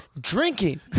Drinking